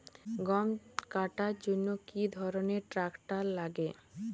গম কাটার জন্য কি ধরনের ট্রাক্টার লাগে?